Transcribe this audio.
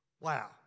Wow